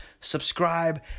subscribe